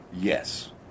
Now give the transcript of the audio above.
yes